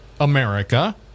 America